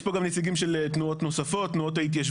יש פה גם נציגים של תנועות נוספות - תנועות ההתיישבות,